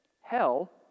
Hell